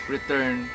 Return